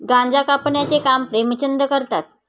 गांजा कापण्याचे काम प्रेमचंद करतात